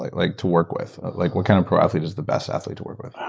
like like to work with? like what kind of pro athlete is the best athlete to work with?